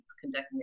conducting